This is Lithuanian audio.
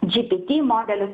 džipiti modelius